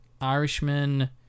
Irishman